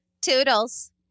Toodles